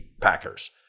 Packers